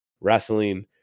Wrestling